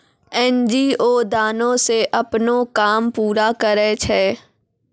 NGO दानो से अपनो काम पूरा करै छै